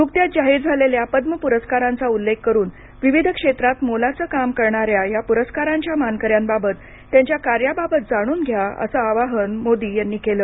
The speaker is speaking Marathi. नुकत्याच जाहीर झालेल्या पद्म पुरस्कारांचा उल्लेख करून विविध क्षेत्रात मोलाचं काम करणाऱ्या या पुरस्कारांच्या मानकऱ्यांबाबत त्यांच्या कार्याबाबत जाणून घ्या असं आवाहन मोदी यांनी केलं